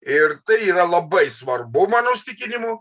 ir tai yra labai svarbu mano įsitikinimu